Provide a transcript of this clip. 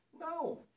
No